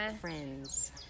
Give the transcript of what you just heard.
friends